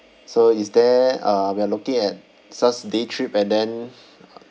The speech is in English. so is there uh we are looking at just day trip and then